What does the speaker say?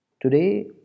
Today